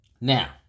Now